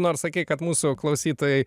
nors sakei kad mūsų klausytojai